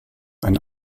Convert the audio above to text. ein